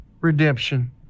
redemption